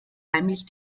heimlich